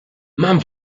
mam